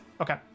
Okay